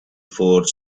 for